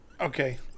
Okay